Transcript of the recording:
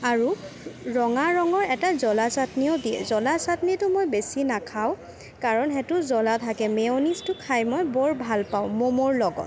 আৰু ৰঙা ৰঙৰ এটা জ্বলা চাটনিও দিয়ে জ্বলা চাটনিটো মই বেছি নাখাওঁ কাৰণ সেইটো জ্বলা থাকে মেয়নিজটো খাই মই বৰ ভাল পাওঁ ম'ম'ৰ লগত